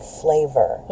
flavor